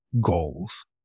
goals